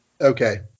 Okay